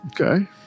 Okay